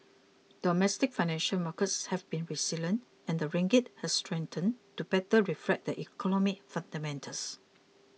domestic financial markets have been resilient and the ringgit has strengthened to better reflect the economic fundamentals